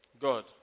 God